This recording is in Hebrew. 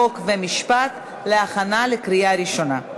חוק ומשפט להכנה לקריאה ראשונה.